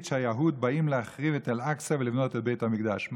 שהיהוד באים להחריב את אל-אקצא ולבנות את בית המקדש.